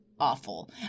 awful